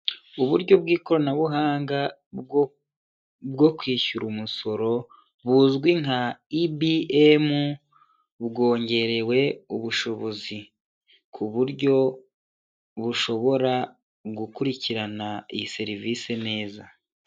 Uburyo bw'ikoranabuhanga bwo kwishyura umusoro buzwi nka EBM bwongerewe ubushobozi ku buryo bushobora gukurikirana iyi serivisi neza.